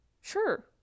sure